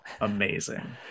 amazing